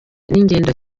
ingendo